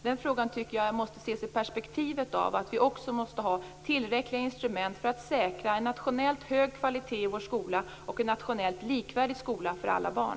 Den frågan skall ses i perspektivet av att vi också måste ha tillräckliga instrument för att säkra en nationellt hög kvalitet i vår skola och en nationellt likvärdig skola för alla barn.